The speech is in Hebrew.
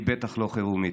והיא בטח לא חירומית.